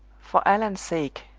for allan's sake!